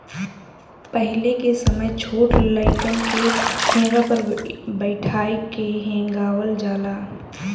पहिले के समय छोट लइकन के हेंगा पर बइठा के हेंगावल जाला